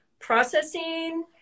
processing